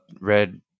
red